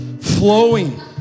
flowing